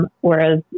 Whereas